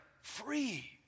free